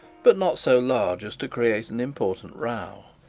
but not so large as to create an important row.